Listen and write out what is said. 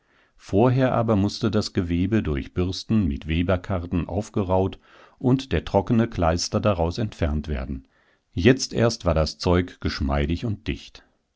vorher aber mußte das gewebe durch bürsten mit weberkarden aufgerauht und der trockene kleister daraus entfernt werden jetzt erst war das zeug geschmeidig und dicht